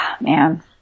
Man